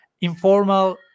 informal